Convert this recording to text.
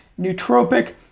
nootropic